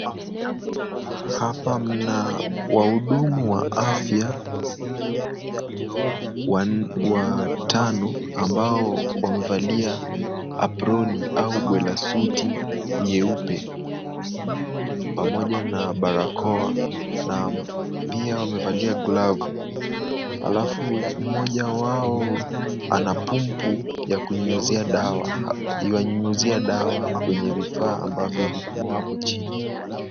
Hapa mna wahudumu wa afya watano ambao, wamevalia aproni au bola suti nyeupe pamoja na barakoa pia wamevalia glavu. Alafu mmoja wao ana pumpu ya kunyunyizia dawa ya kunyunyizia dawa kwenye vifaa ambavyo viko hapo chini.